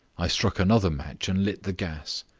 i struck another match and lit the gas.